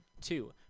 Two